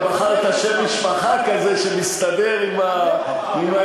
גם בחרת שם משפחה כזה שמסתדר עם העניין.